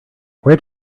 where